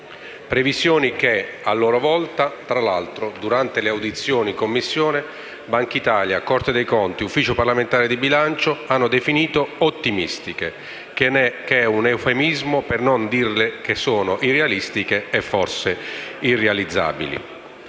previsioni che, a loro volta, tra l'altro, durante le audizioni in Commissione, Banca Italia, Corte dei conti e Ufficio parlamentare di bilancio hanno definito ottimistiche, che è un eufemismo per non dire irrealistiche e forse irrealizzabili.